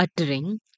uttering